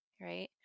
right